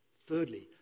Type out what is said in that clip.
Thirdly